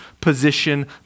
position